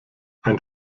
ein